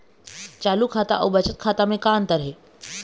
चालू खाता अउ बचत खाता म का अंतर हे?